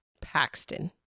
Paxton